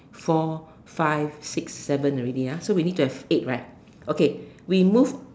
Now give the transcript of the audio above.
four five six seven already ah so we need to have eight right okay we move